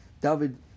David